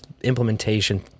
implementation